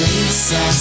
Lisa